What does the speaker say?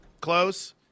Close